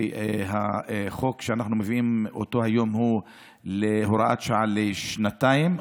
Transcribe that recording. החוק שאנחנו מביאים היום הוא להוראת שעה לשנתיים,